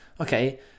okay